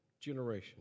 generation